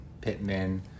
Pittman